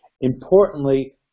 Importantly